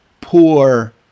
poor